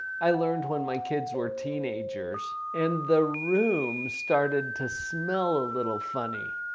i learned when my kids were teenagers. and the room started to smell a little funny.